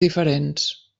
diferents